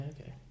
okay